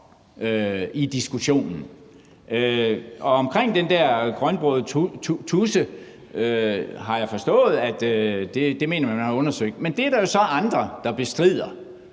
i diskussionen. Og omkring den der grønbrogede tudse har jeg forstået, at det mener man man har undersøgt, men det er der jo så andre der bestrider,